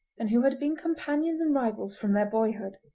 and who had been companions and rivals from their boyhood.